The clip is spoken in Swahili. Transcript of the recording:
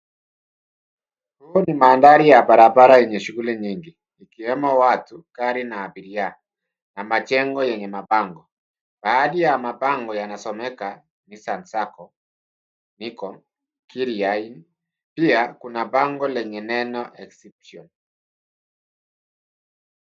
Huu ni mandhari ya barabara yenye shughuli nyingi, ikiwemo watu, gari na abiria na majengo yenye mabango. Baadhi ya mabango yanasomeka nissan sacco , Niko, Kiria Ini, pia kuna bango lenye neno exhibition .